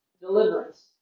deliverance